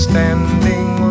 Standing